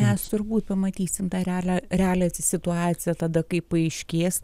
mes turbūt pamatysie tą realią realią situaciją tada kai paaiškės